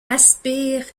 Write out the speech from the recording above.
aspire